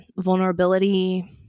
vulnerability